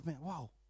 wow